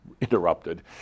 interrupted